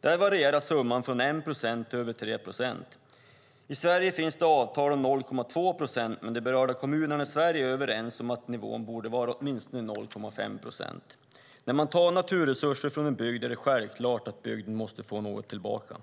Där varierar summan från 1 procent till över 3 procent. I Sverige finns det avtal om 0,2 procent, men de berörda kommunerna i Sverige är överens om att nivån borde vara åtminstone 0,5 procent. När man tar naturresurser från en bygd är det självklart att bygden måste få något tillbaka.